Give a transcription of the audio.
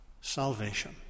salvation